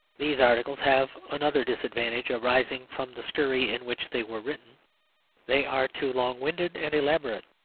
these articles have another disadvantage arising from the scurry in which they were written they are too long-winded and elaborate.